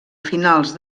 finals